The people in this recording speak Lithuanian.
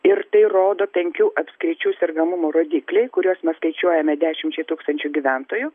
ir tai rodo penkių apskričių sergamumo rodikliai kuriuos mes skaičiuojame dešimčiai tūkstančių gyventojų